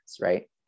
right